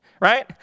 Right